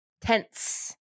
Tense